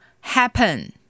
happen